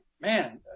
man